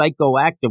psychoactive